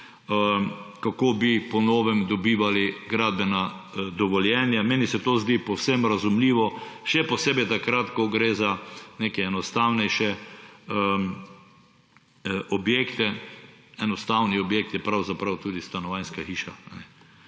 kako bi po novem dobivali gradbena dovoljenja. Meni se to zdi povsem razumljivo, še posebej takrat, ko gre za neke enostavnejše objekte, enostaven objekt je pravzaprav tudi stanovanjska hiša.